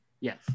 Yes